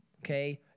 okay